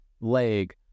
leg